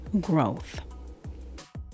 growth